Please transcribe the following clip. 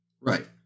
Right